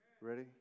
Ready